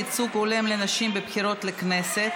ייצוג הולם לנשים בבחירות לכנסת),